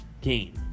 game